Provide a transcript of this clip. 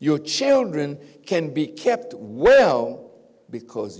your children can be kept well because